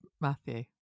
Matthew